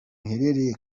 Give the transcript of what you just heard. uherereye